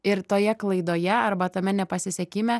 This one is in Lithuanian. ir toje klaidoje arba tame nepasisekime